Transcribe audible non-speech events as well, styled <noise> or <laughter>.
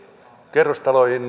kerrostaloihin <unintelligible>